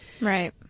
Right